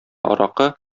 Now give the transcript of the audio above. аракы